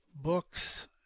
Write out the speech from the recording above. books